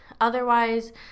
otherwise